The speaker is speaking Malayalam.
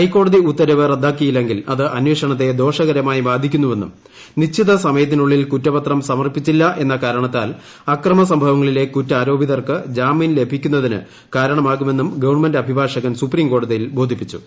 ഹൈക്കോടതി ഉത്തരവ് റദ്ദാക്കിയില്ലെങ്കിൽ അത് അന്വേഷണത്തെ ദോഷകരമായി ബാധിക്കുമെന്നും നിശ്ചിതസമയത്തിനുള്ളിൽ കുറ്റപത്രം സമർപ്പിച്ചില്ല എന്ന കാരണത്താൽ അക്രമസംഭവങ്ങളിലെ കുറ്റാരോപിതർക്ക് ജാമ്യം ലഭിക്കുന്നതിന് കാരണമാകുമെന്നും ഗവൺമെന്റ് അഭിഭാഷകൻ സുപ്രീംകോടതിയിൽ ബോധിപ്പിച്ചു